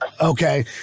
okay